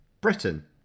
Britain